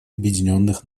объединенных